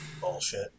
Bullshit